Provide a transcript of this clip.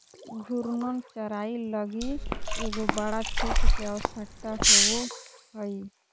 घूर्णन चराई लगी एगो बड़ा क्षेत्र के आवश्यकता होवो हइ